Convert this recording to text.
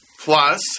plus